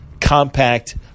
compact